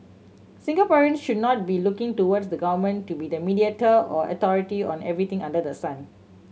Singaporeans should not be looking towards the government to be the mediator or authority on everything under the sun